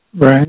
Right